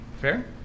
Fair